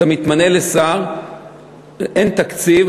אתה מתמנה לשר ואין תקציב,